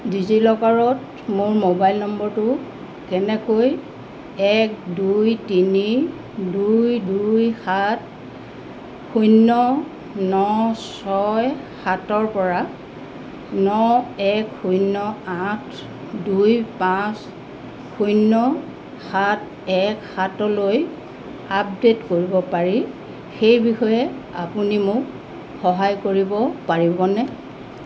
ডিজিলকাৰত মোৰ মোবাইল নম্বৰটো কেনেকৈ এক দুই তিনি দুই দুই সাত শূন্য ন ছয় সাতৰ পৰা ন এক শূন্য আঠ দুই পাঁচ শূন্য সাত এক সাতলৈ আপডেট কৰিব পাৰি সেই বিষয়ে আপুনি মোক সহায় কৰিব পাৰিবনে